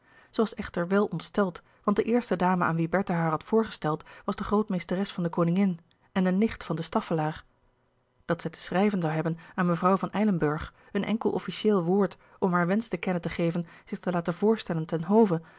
was echter wel ontsteld want de eerste dame aan wie bertha haar had voorgesteld was de grootmeesteres van de koningin en de nicht van de staffelaer dat zij te schrijven zoû hebben aan mevrouw van eilenburgh een enkel officieel woord om haar wensch te kennen te geven zich te laten voorstellen ten hove